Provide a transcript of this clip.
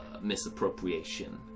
Misappropriation